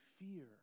fear